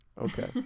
Okay